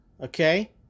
Okay